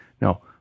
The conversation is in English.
No